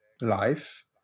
life